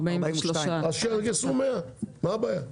43. אז שיגייסו 100, מה הבעיה?